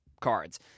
cards